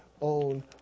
own